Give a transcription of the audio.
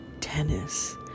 tennis